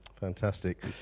Fantastic